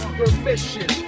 permission